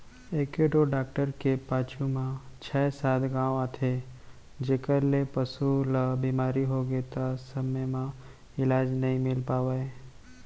एके ढोर डॉक्टर के पाछू म छै सात गॉंव आथे जेकर ले पसु ल बेमारी होगे त समे म इलाज नइ मिल पावय